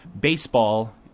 baseball